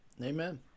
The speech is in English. Amen